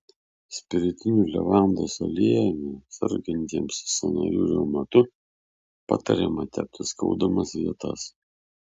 spiritiniu levandos aliejumi sergantiems sąnarių reumatu patariama tepti skaudamas vietas